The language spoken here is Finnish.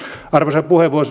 arvoisa puhemies